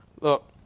Look